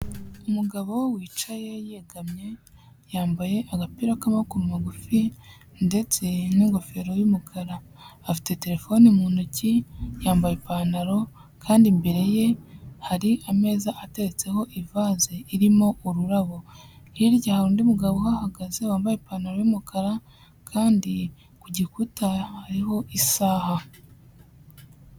Umugabo wicaye yegamye yambaye agapira k'amaboko magufi ndetse n'ingofero y'umukara afite telefone mu ntoki yambaye ipantaro kandi imbere ye hari ameza atetseho ivase irimo ururabo hirya hari undi mugabo uhagaze wambaye ipantaro y'umukara kandi ku gikuta hariho isaha.